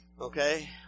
okay